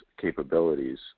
capabilities